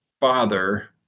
father